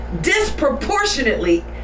disproportionately